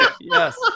Yes